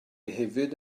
hefyd